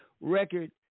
record